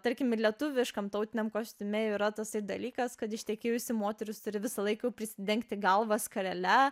tarkim ir lietuviškam tautiniam kostiume yra tasai dalykas kad ištekėjusi moteris turi visą laiką jau prisidengti galvą skarele